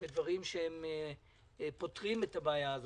בדברים שפותרים את הבעיה.